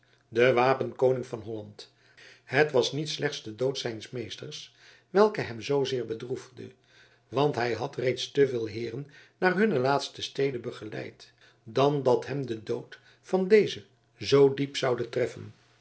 de wapenkoning van holland het was niet slechts de dood zijns meesters welke hem zoozeer bedroefde want hij had reeds te veel heeren naar hunne laatste stede begeleid dan dat hem de dood van dezen zoo diep zoude treffen